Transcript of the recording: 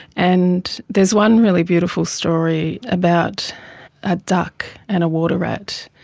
and there's one really beautiful story about a duck and a water rat.